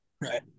Right